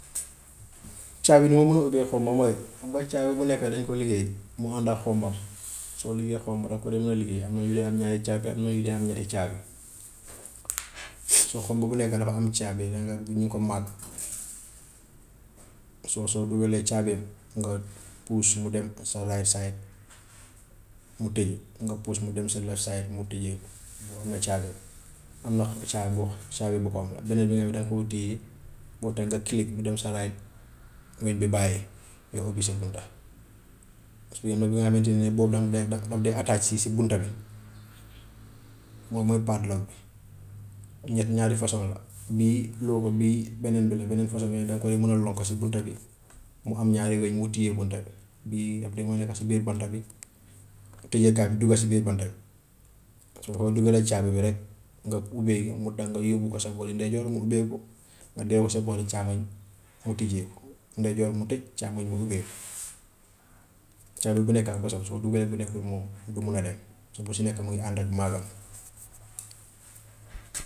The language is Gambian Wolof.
caabi nu mu mun a ubbiee xomba mooy, xam nga caabi bu nekk dañ ko liggéey mu ànd ak xombam, sooy liggéey xomb danga ko dee mun a liggéey am na yu dee am ñaari caabi, am na yu dee am ñetti caabi. So xomb bu nekk dafa am caabi danga bu ñu ko mark. So soo duggalee caabeem nga puus mu dem sa right side mu tëju, nga puus mu dem sa left side mu tijjeeku boobu am na caabeem, am na caabi caabi boppam. Ak beneen bi nga xamante ne danga koy téye boobu tam nga click mu dem sa right ngay di bàyyi nga ubbi sa bunta. mooy bi nga xamante ne nii boobu danga dee daf daf dee attack si si bunta bi boobu mooy bad lock bi ñe- ñaari façon la. Bii looxu bii beneen bi la beneen façon yooyu danga koy mun a lonk si bunta bi mu am ñaari weñ mu téye bunta bi, bii daf dee mun nekka si biir banta bi tëjeekaay bi dugga si biir banta bi, soo fa duggalee caabi bi rek nga ubbee mu tax nga yóbbu ko sa boori ndeyjoor mu ubbeeku, nga def ko sa boori càmmoñ mu tijjeeku, ndeyjoor mu tëj càmmoñ mu ubbeeku. Caabi bu nekk ak bosam soo duggee bu nekkut moom du mun a dem si bu si nekk muy ànd ak malom.